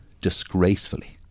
Disgracefully